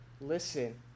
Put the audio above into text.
listen